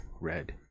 red